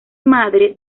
madre